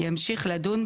אפשר יהיה לדבר.